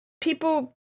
People